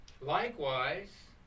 Likewise